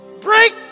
Break